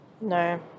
No